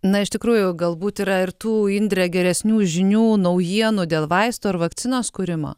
na iš tikrųjų galbūt yra ir tų indre geresnių žinių naujienų dėl vaistų ar vakcinos kūrimo